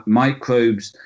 microbes